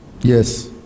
Yes